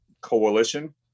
coalition